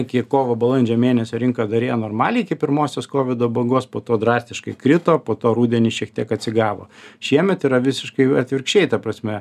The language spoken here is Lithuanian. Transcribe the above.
iki kovo balandžio mėnesio rinka dar ėjo normaliai iki pirmosios kovido bangos po to drastiškai krito po to rudenį šiek tiek atsigavo šiemet yra visiškai atvirkščiai ta prasme